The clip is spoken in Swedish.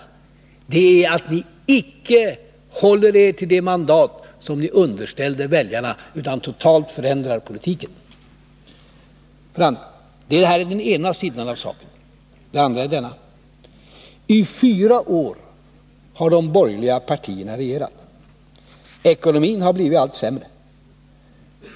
Skälet är att ni icke håller er till det mandat som ni underställde väljarna, utan totalt förändrar politiken. Detta är den ena sidan av saken. Den andra är denna: I fyra år har de borgerliga partierna regerat. Ekonomin har blivit allt sämre.